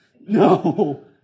no